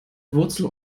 wurzel